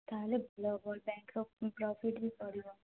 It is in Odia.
ତାହାହେଲେ ବ୍ୟାଙ୍କ୍ ର ପ୍ରଫିଟ୍ ବି ବଢ଼ିବ